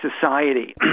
society